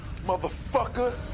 motherfucker